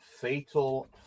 fatal